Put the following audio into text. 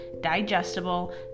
digestible